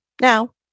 now